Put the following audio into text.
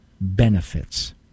benefits